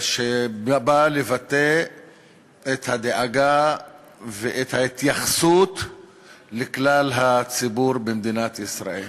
שבא לבטא את הדאגה ואת ההתייחסות לכלל הציבור במדינת ישראל.